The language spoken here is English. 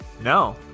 No